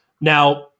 Now